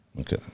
Okay